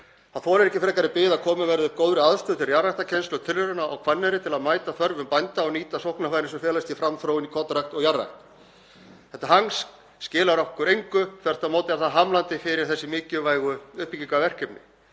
Það þolir ekki frekari bið að komið verði upp góðri aðstöðu til jarðræktarkennslu og tilrauna á Hvanneyri til að mæta þörfum bænda og nýta sóknarfærin sem felast í framþróun í kornrækt og jarðrækt. Þetta hangs skilar okkur engu, þvert á móti er það hamlandi fyrir þessi mikilvægu uppbyggingarverkefni.